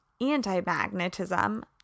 anti-magnetism